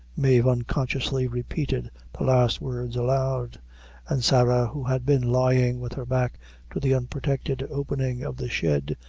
mave, unconsciously, repeated the last words aloud and sarah, who had been lying with her back to the unprotected opening of the shed,